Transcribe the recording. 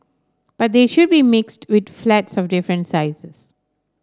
but they should be mixed with flats of different sizes